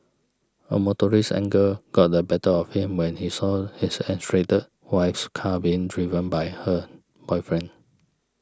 a motorist's anger got the better of him when he saw his estranged wife's car being driven by her boyfriend